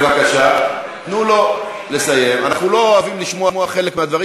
ושמרנו על תרבות דיון ביום,